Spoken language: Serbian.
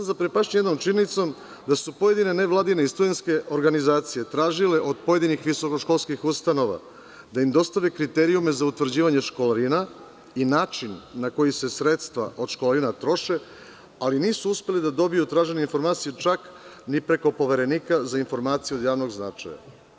Zaprepašćen sam jednom činjenicom, da su pojedine nevladine i studentske organizacije tražile od pojedinih visokoškolskih ustanova da im dostave kriterijume za utvrđivanje školarina i način na koji se sredstva od školarina troše, ali nisu uspeli da dobiju traženu informaciju čak ni preko Poverenika za informacije od javnog značaja.